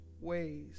ways